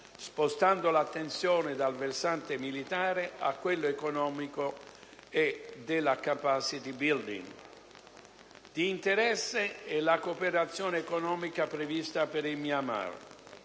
spostando l'attenzione dal versante militare a quello economico e della *capacity-building*. Di interesse è la cooperazione economica prevista per il Myanmar,